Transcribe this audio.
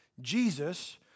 Jesus